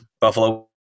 buffalo